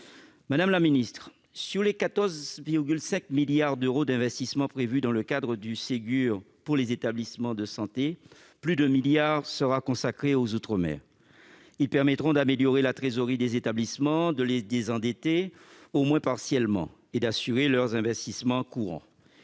Madame la ministre, sur les 14,5 milliards d'euros d'investissement prévus dans le cadre du Ségur de la santé pour les établissements de santé, plus de 1 milliard d'euros sera consacré aux outre-mer. Cette somme permettra d'améliorer la trésorerie des établissements, de les désendetter, au moins partiellement, et les aidera à assurer leurs investissements courants.